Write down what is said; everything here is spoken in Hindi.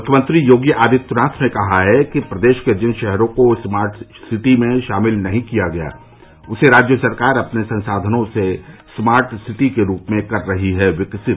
मुख्यमंत्री योगी आदित्यनाथ ने कहा है कि प्रदेश के जिन शहरों को स्मार्ट सिटी में शामिल नही किया गया उसे राज्य सरकार अपने संसाधनों से स्मार्ट सिटी के रूप में कर रही है विकसित